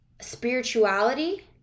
spirituality